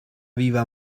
viva